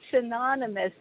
synonymous